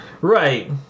Right